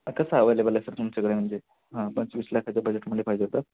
हां कसं अवेलेबल आहे सर तुमच्याकडे म्हणजे हां पंचवीस लाखाच्या बजेटमध्ये पाहिजे होतं